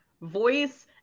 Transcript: voice